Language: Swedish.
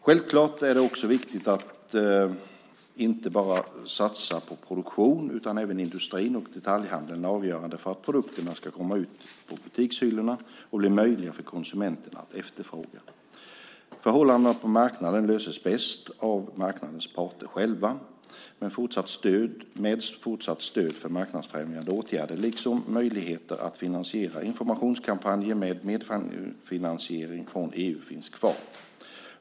Självklart är det också viktigt att inte bara satsa på produktionen, utan även industrin och detaljhandeln är avgörande för att produkterna ska komma ut på butikshyllorna och bli möjliga för konsumenterna att efterfråga. Förhållandena på marknaden löses bäst av marknadens parter själva, med fortsatt stöd för marknadsfrämjande åtgärder liksom möjligheter att finansiera informationskampanjer med medfinansiering från EU - det finns kvar.